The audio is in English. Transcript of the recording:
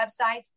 websites